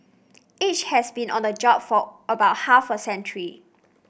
each has been on the job for about half a century